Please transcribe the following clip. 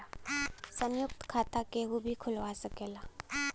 संयुक्त खाता केहू भी खुलवा सकेला